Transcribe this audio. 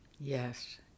Yes